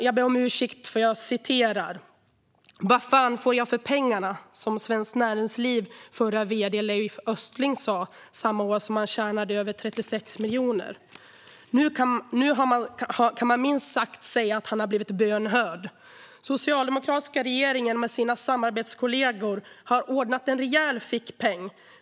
Jag ber om ursäkt, men nu citerar jag: Vad fan får jag för pengarna? som Svenskt Näringslivs förre vd Leif Östling sa samma år som han tjänade över 36 miljoner. Nu kan man minst sagt säga att han har blivit bönhörd. Den socialdemokratiska regeringen har med sina samarbetskollegor ordnat en rejäl fickpeng.